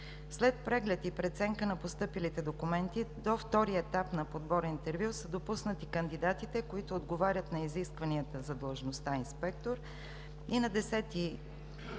След преглед и преценка на постъпилите документи до втория етап на подбора – интервю, са допуснати кандидатите, които отговарят на изискванията за длъжността „инспектор“, и на 10